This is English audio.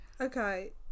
Okay